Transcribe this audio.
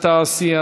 והתעשייה.